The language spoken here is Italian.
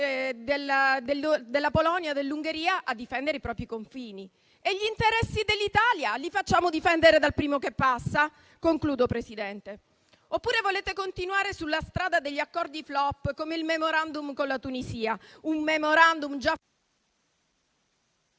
della Polonia e dell'Ungheria a proteggere i propri confini. E gli interessi dell'Italia li facciamo difendere dal primo che passa? Oppure volete continuare sulla strada degli accordi *flop*, come il *memorandum* con la Tunisia? Un *memorandum* già...